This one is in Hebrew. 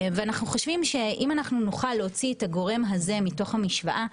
אם נוכל להוציא את הגורם הזה מתוך המשוואה,